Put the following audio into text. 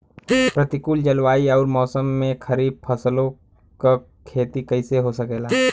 प्रतिकूल जलवायु अउर मौसम में खरीफ फसलों क खेती कइसे हो सकेला?